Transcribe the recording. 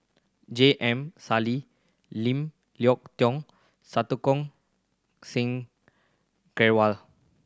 J M Sali Lim Leong Geok Santokh Singh Grewal